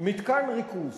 מתקן ריכוז